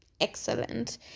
excellent